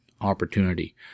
opportunity